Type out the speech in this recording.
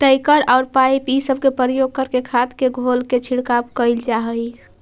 tanker औउर pipe इ सब के प्रयोग करके खाद के घोल के छिड़काव कईल जा हई